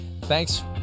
Thanks